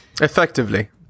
Effectively